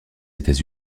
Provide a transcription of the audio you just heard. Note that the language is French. états